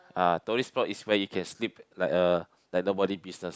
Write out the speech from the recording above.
ah tourist spot is where you can sleep like uh like nobody business